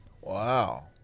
Wow